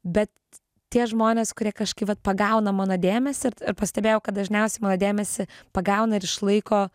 bet tie žmonės kurie kažkai vat pagauna mano dėmesį ir pastebėjau kad dažniausiai mano dėmesį pagauna ir išlaiko